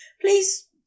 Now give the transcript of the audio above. Please